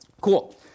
Cool